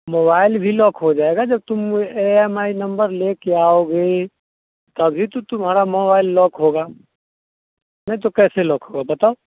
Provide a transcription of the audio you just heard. mobile भी lock हो जाएगा जब तुम ए एम आई नंबर लेकर आओगे तभी तो तुम्हारा मोबाइल लॉक होगा नहीं तो कैसे लॉक होगा बताओ